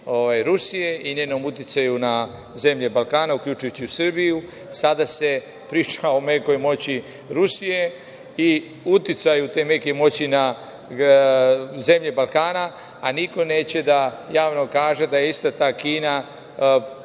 Rusije i njenom uticaju na zemlje Balkana, uključujući i Srbiju, sada se priča o mekoj moći Rusije i uticaju te meke moći na zemlje Balkana, a niko neće da javno kaže da je ista ta Kina na